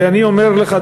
ואני אומר לך,